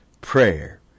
prayer